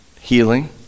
healing